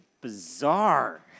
bizarre